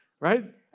right